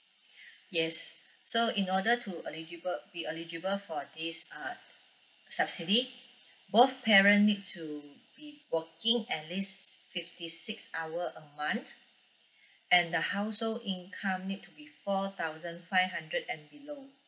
yes so in order to eligible be eligible for this uh subsidy both parent need to be working at least fifty six hour a month and the household income need to be four thousand five hundred and below